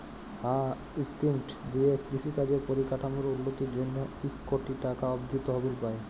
হাঁ ইস্কিমট দিঁয়ে কিষি কাজের পরিকাঠামোর উল্ল্যতির জ্যনহে ইক কটি টাকা অব্দি তহবিল পায়